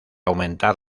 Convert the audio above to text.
aumentar